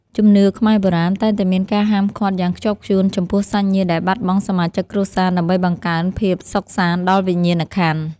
ជំនឿខ្មែរបុរាណតែងតែមានការហាមឃាត់យ៉ាងខ្ជាប់ខ្ជួនចំពោះសាច់ញាតិដែលបាត់បង់សមាជិកគ្រួសារដើម្បីបង្កើនភាពសុខសាន្តដល់វិញ្ញាណក្ខន្ធ។